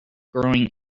growing